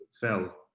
fell